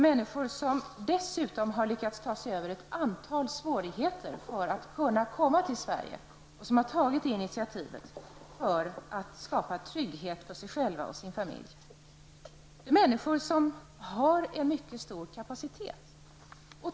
De har dessutom lyckats ta sig över ett antal svårigheter för att kunna komma till Sverige, och de har tagit initiativet för att kunna skapa trygghet för sig själva och sina familjer. Det är människor som har en mycket stor kapacitet.